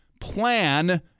plan